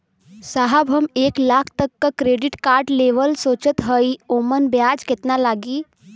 साहब हम एक लाख तक क क्रेडिट कार्ड लेवल सोचत हई ओमन ब्याज कितना लागि?